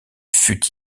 fut